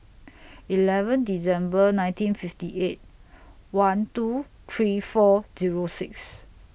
eleven December nineteen fifty eight one two three four Zero six